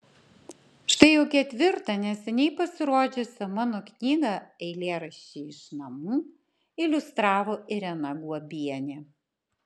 štai jau ketvirtą neseniai pasirodžiusią mano knygą eilėraščiai iš namų iliustravo irena guobienė